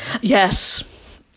yes